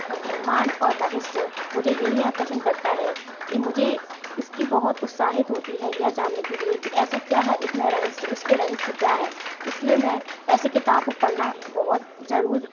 तो ब्रह्मांड और रहस्य मुझे यही आकर्षण करता है कि मुझे इसकी बहुत उत्साहित होती है यह जानने के लिए कि ऐसा क्या है उसमें रहस्य उसके रहस्य क्या है इसलिए मैं ऐसी किताब पढ़ना बहुत जरूर